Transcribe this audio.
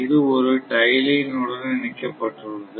இது ஒரு tie line உடன் இணைக்க பட்டுள்ளது